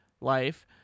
Life